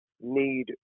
need